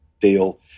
deal